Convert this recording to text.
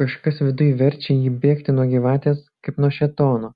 kažkas viduj verčia ji bėgti nuo gyvatės kaip nuo šėtono